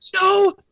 no